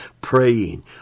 Praying